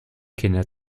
kinder